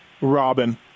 Robin